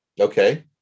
Okay